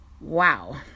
Wow